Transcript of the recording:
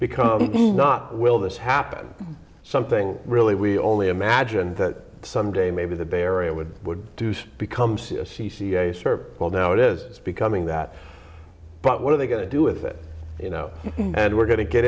becomes not will this happen something really we only imagine that someday maybe the bay area would would do so becomes a service well now it is becoming that but what are they going to do with it you know and we're going to get